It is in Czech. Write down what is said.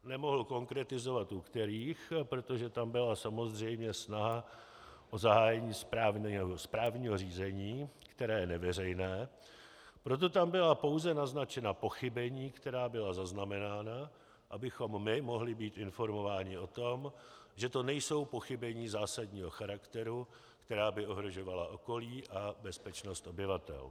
Nemohl konkretizovat u kterých, protože tam byla samozřejmě snaha o zahájení správního řízení, které je neveřejné, proto tam byla pouze naznačena pochybení, která byla zaznamenána, abychom my mohli být informováni, že to nejsou pochybení zásadního charakteru, která by ohrožovala okolí a bezpečnost obyvatel.